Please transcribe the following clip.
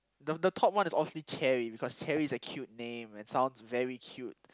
the the top one is obviously Cherry because Cherry is a cute name it sounds very cute